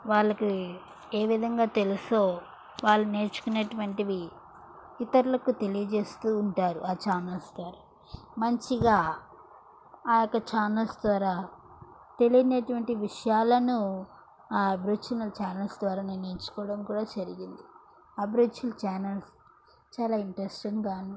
వాళ్ళకి ఏ విధంగా తెలుసో వాళ్ళు నేర్చుకునేటువంటివి ఇతరులకు తెలియజేస్తూ ఉంటారు ఆ ఛానల్స్ ద్వారా మంచిగా ఆ యొక్క ఛానల్స్ ద్వారా తెలియనటువంటి విషయాలను ఆ అభిరుచిల ఛానల్స్ ద్వారా నేను నేర్చుకోవడం కూడా జరిగింది అభిరుచుల ఛానల్స్ చాలా ఇంట్రెస్టింగ్ గాను